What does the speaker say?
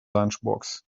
lunchbox